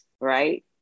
right